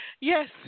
Yes